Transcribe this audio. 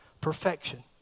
perfection